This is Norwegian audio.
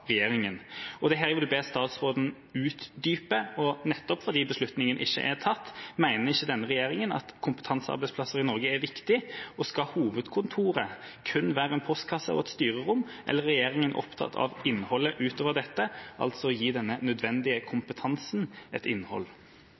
Og det er her jeg vil be statsråden utdype, nettopp fordi beslutningen ikke er tatt: Mener ikke denne regjeringa at kompetansearbeidsplasser i Norge er viktig, og skal hovedkontoret kun være en postkasse og et styrerom, eller er regjeringa opptatt av innholdet utover dette, altså å gi denne nødvendige kompetansen et innhold?